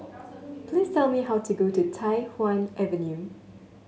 please tell me how to go to Tai Hwan Avenue